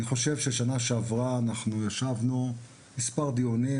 אני חושב שבשנה שעברה אנחנו ישבנו למספר דיונים,